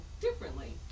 differently